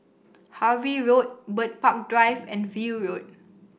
Harvey Road Bird Park Drive and View Road